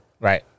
Right